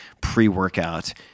pre-workout